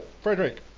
Frederick